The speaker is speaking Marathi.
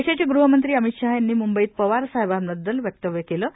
देशाचे गृहमंत्री अमित शहा यांनी मुंबईत पवारसाहेबांबद्दल वक्तव्य केलं आहे